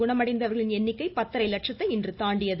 குணமடைந்தவர்களின் எண்ணிக்கை பத்தரை லட்சத்தை இன்று தாண்டியது